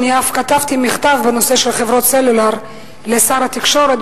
שאף כתבתי מכתב בנושא של חברות הסלולר לשר התקשורת,